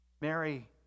Mary